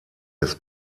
des